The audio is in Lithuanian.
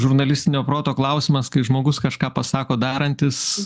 žurnalistinio proto klausimas kai žmogus kažką pasako darantis